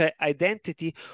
identity